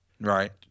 Right